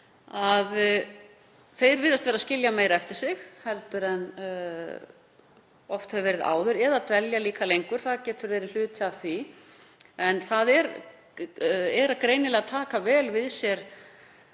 virðast vera að skilja meira eftir sig en oft hefur verið áður eða dvelja lengur, það getur verið hluti af því. En kerfið er greinilega að taka vel við sér